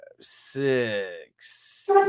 six